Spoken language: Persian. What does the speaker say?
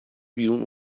بیرون